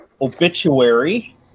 Obituary